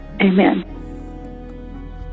Amen